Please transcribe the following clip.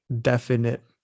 definite